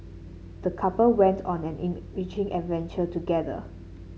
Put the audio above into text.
the couple went on an enriching adventure together